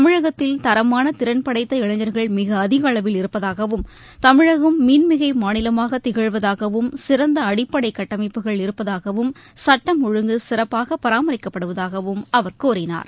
தமிழகத்தில் தரமான திறன் படைத்த இளைஞர்கள் மிக அதிக அளவில் இருப்பதாகவும் தமிழகம் மின்மிகை மாநிலமாக திகழ்வதாகவும் சிறந்த அடிப்படை கட்டமைப்புகள் இருப்பதாகவும் சுட்டம் ஒழுங்கு சிறப்பாக பராமரிக்கப்படுவதாகவும் அவர் கூறினார்